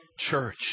church